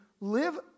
live